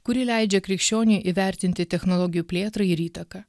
kuri leidžia krikščioniui įvertinti technologijų plėtrą ir įtaką